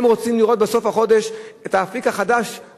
והם רוצים לראות בסוף החודש את אפיק ההכנסה